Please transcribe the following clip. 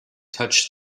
touched